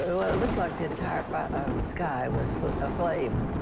well, it looked like the entire sky was aflame.